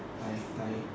bye bye